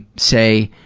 say,